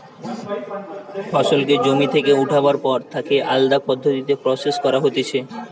ফসলকে জমি থেকে উঠাবার পর তাকে আলদা পদ্ধতিতে প্রসেস করা হতিছে